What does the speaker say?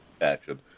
action